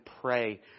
pray